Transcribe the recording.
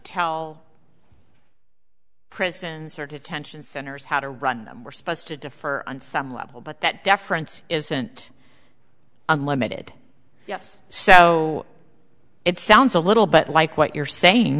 tell prisons or detention centers how to run them we're supposed to defer on some level but that deference isn't unlimited yes so it sounds a little bit like what you're saying